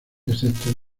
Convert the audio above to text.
excepto